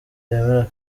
yemera